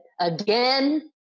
again